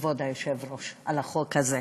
כבוד היושב-ראש, על החוק הזה?